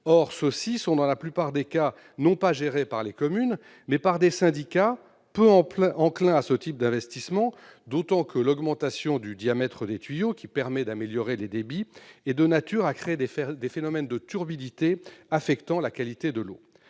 cas, ceux-ci sont gérés non pas par les communes, mais par des syndicats peu enclins à ce type d'investissements, d'autant que l'augmentation du diamètre des tuyaux qui permet d'améliorer les débits est de nature à créer des phénomènes de turbidité affectant la qualité de l'eau.